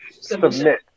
Submit